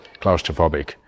claustrophobic